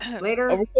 Later